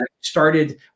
started